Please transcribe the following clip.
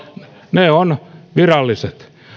ne ovat viralliset